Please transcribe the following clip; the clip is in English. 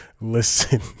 listen